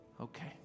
Okay